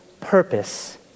purpose